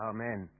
Amen